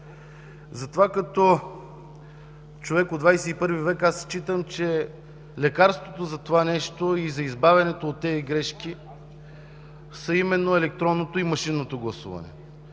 общини. Като човек от ХХІ век считам, че лекарството за това нещо и за избавянето от тези грешки е именно електронното и машинното гласуване.